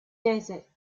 desert